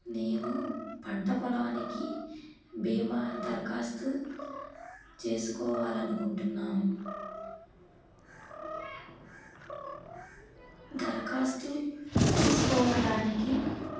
నేను పంట పొలానికి బీమా దరఖాస్తు చేసుకోవాలి అనుకుంటున్నాను దరఖాస్తు చేసుకోవడానికి